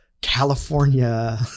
California